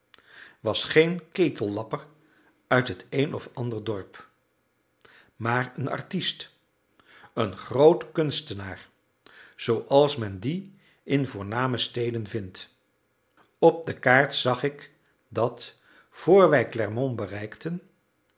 was geen ketellapper uit het een of ander dorp maar een artist een groot kunstenaar zooals men die in voorname steden vindt op de kaart zag ik dat vr wij clermont bereikten